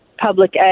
public